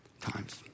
times